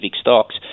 stocks